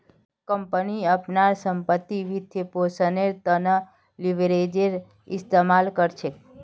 company अपनार संपत्तिर वित्तपोषनेर त न लीवरेजेर इस्तमाल कर छेक